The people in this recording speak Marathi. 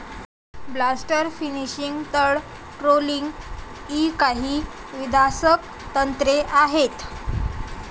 ब्लास्ट फिशिंग, तळ ट्रोलिंग इ काही विध्वंसक तंत्रे आहेत